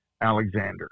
Alexander